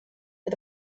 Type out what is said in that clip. for